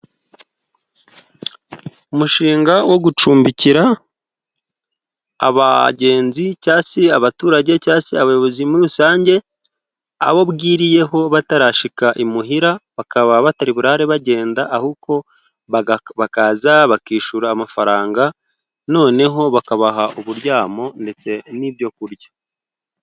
Umushinga wo gucumbikira abagenzi, cyangwa se abaturage cyangwa se abayobozi muri rusange, abo bwiriyeho batarashyika imuhira, bakaba batari burare bagenda ahubwo bakaza bakishyura amafaranga, noneho bakabaha uburyamo ndetse n'ibyo kurya.